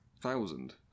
Thousand